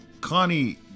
Connie